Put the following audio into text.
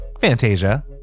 Fantasia